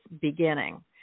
beginning